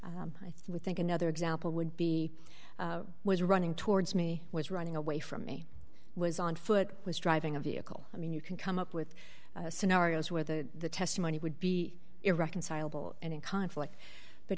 y i would think another example would be was running towards me was running away from me was on foot was driving a vehicle i mean you can come up with scenarios where the testimony would be irreconcilable and in conflict but